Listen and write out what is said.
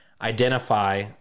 identify